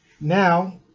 Now